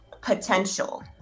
potential